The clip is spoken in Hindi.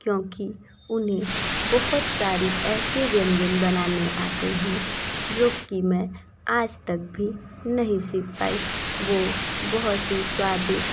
क्योंकि उन्हें बहोत सारे ऐसे व्यंजन बनाने आते हैं जो कि मैं आज तक भी नहीं सीख पाई वो बहुत ही स्वादिष्ट